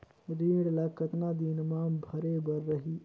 ऋण ला कतना दिन मा भरे बर रही?